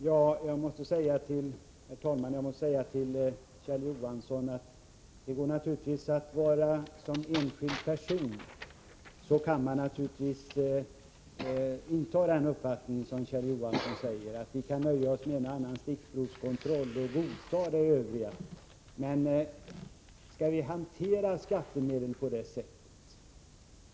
Herr talman! Jag måste säga till Kjell Johansson att man naturligtvis som enskild person kan inta den ståndpunkt som Kjell Johansson nu talar för — att vi kan nöja oss med en och annan stickprovskontroll och godta resten. Men skall vi hantera skattemedel på det sättet?